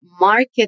market